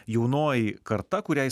jaunoji karta kuriai